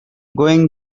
going